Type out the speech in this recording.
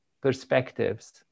perspectives